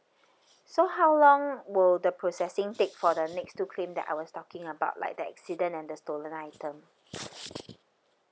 so how long will the processing take for the next two claim that I was talking about like the accident and the stolen item